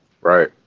right